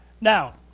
Now